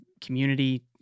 community